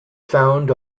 found